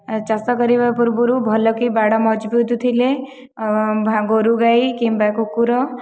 ଚାଷ କରିବାପୂର୍ବରୁ ଭଲ ଲି ବାଡ଼ ଭଲକି ମଜବୁତ ଥିଲେ ଗୋରୁଗାଇ କିମ୍ବା କୁକୁର